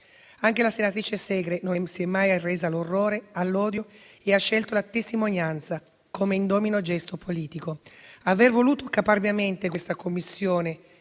Anche la senatrice Segre non si è mai arresa all'orrore e all'odio e ha scelto la testimonianza come indomito gesto politico. Aver voluto caparbiamente questa Commissione